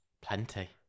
Plenty